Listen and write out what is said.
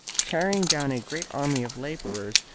carrying down a great army of labourers,